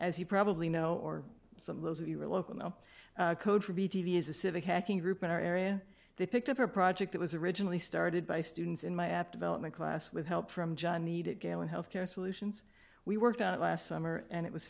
as you probably know or some of those if you are local no code for b t v is a civic hacking group in our area they picked up a project that was originally started by students in my app development class with help from john need it galen healthcare solutions we worked out last summer and it was